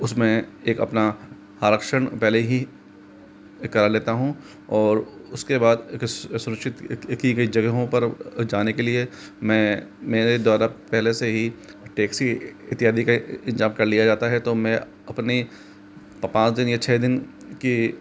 उस में एक अपना आरक्षण पहले ही निकाल लेता हूँ और उस के बाद सुरक्षित की की गई जगहों पर जाने के लिए मैं मेरे द्वारा पहले से ही टैक्सी इत्यादि के इन्तज़ाम कर लिया जाता है तो मैं अपनी पाँच दिन या छः दिन की